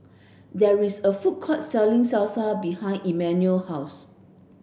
there is a food court selling Salsa behind Emmanuel house